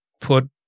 put